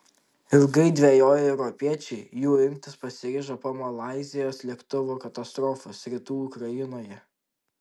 ilgai dvejoję europiečiai jų imtis pasiryžo po malaizijos lėktuvo katastrofos rytų ukrainoje